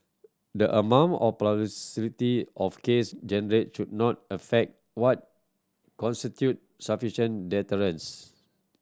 the amount of publicity of case generate should not affect what constitute sufficient deterrence